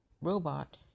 Robot